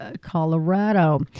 Colorado